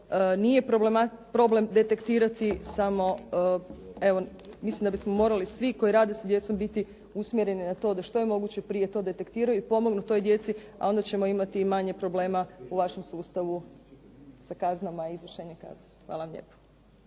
nije problem detektirati, samo evo mislim da bismo morali svi koji rade sa djecom biti usmjereni na to da što je moguće prije to detektiraju i pomognu toj djeci a onda ćemo imati i manje problema u vašem sustavu sa kaznama i izvršenjem kazni. Hvala vam lijepo.